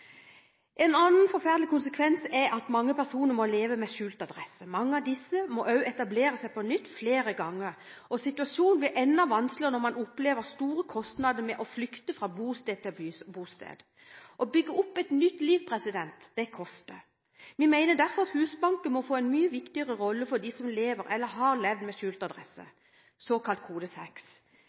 En annen forferdelig konsekvens er at mange personer må leve med skjult adresse. Mange av disse må også etablere seg på nytt flere ganger, og situasjonen blir enda vanskeligere når man opplever store kostnader med å flykte fra bosted til bosted. Å bygge opp et nytt liv koster. Vi mener derfor at Husbanken må få en mye viktigere rolle for dem som lever eller har levd med skjult adresse, såkalt Kode